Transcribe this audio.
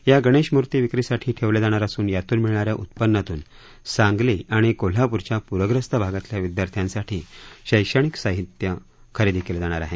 या गणेशमूर्ती विक्रीसाठी ठेवल्या जाणार असून यातून मिळणाऱ्या उत्पन्नातून सांगली आणि कोल्हाप्रच्या प्रग्रस्त भागातल्या विदयार्थ्यांसाठी शैक्षणिक साहित्य खरेदी केलं जाणार आहे